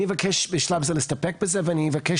אני אבקש בשלב הזה להסתפק בזה ואני אבקש